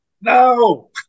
no